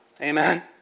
Amen